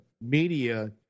media